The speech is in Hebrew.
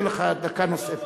אתן לך דקה נוספת.